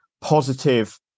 positive